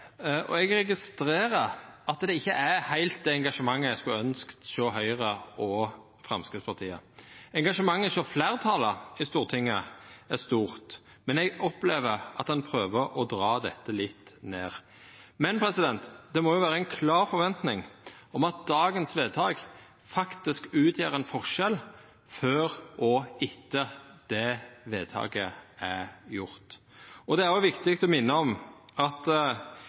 dag. Eg registrerer at det ikkje er heilt det engasjementet som eg skulle ønskt hjå Høgre og Framstegspartiet. Engasjementet hjå fleirtalet i Stortinget er stort, men eg opplever at ein prøver å dra dette litt ned. Men det må vera ei klar forventing om at dagens vedtak faktisk utgjer ein forskjell – før og etter at det vedtaket er gjort. Det er òg viktig å minna om at